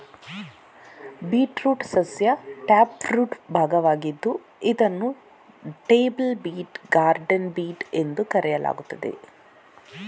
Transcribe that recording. beetroot ಸಸ್ಯ taproot ಭಾಗವಾಗಿದ್ದು ಇದನ್ನು ಟೇಬಲ್ ಬೀಟ್, ಗಾರ್ಡನ್ ಬೀಟ್ ಎಂದು ಕರೆಯಲಾಗುತ್ತದೆ